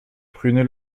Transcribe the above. prunay